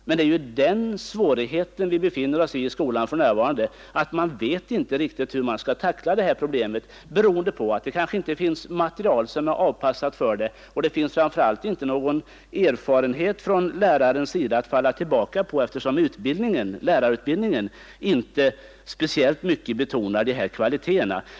Men det är ju den svårigheten vi befinner oss i i skolan för närvarande att man inte riktigt vet hur man skall tackla det här problemet, kanske beroende på att det inte finns material som är lämpligen avpassat. Framför allt finns det inte någon erfarenhet hos läraren att falla tillbaka på, eftersom lärarutbildningen inte speciellt mycket betonar dessa kvaliteter.